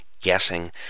guessing